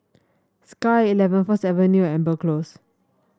Sky at Eleven First Avenue and Amber Close